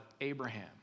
Abraham